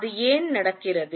அது ஏன் நடக்கிறது